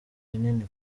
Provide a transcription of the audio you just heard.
rinini